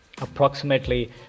Approximately